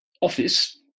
office